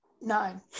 nine